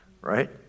right